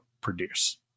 produce